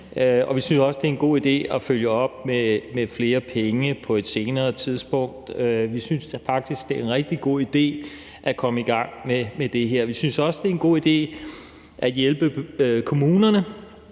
vi synes også, det er en god idé at følge op med flere penge på et senere tidspunkt. Vi synes faktisk, at det er en rigtig god idé at komme i gang med det her. Vi synes også, det er en god idé at hjælpe kommunerne